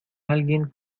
alguien